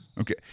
Okay